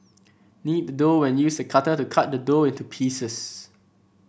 knead the dough and use a cutter to cut the dough into pieces